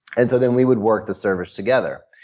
and so then we would work the service together.